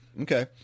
okay